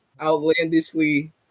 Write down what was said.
outlandishly